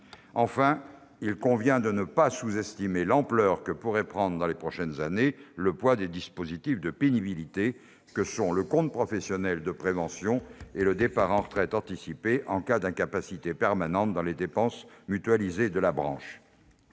Enfin, il convient de ne pas sous-estimer l'ampleur que pourrait prendre, dans les prochaines années, le poids des dispositifs de pénibilité que sont le compte professionnel de prévention et le départ à la retraite anticipée en cas d'incapacité permanente dans les dépenses mutualisées de la branche.